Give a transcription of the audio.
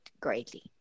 greatly